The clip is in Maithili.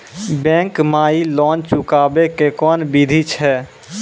बैंक माई लोन चुकाबे के कोन बिधि छै?